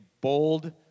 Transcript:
bold